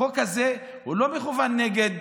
החוק הזה לא מכוון נגד